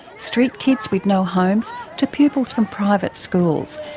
street kids with no homes to pupils from private schools,